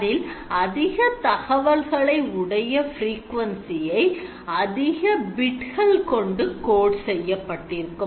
அதில் அதிக தகவல்களை உடைய frequency ஐ அதிக bits கள் கொண்டு code செய்யப்பட்டிருக்கும்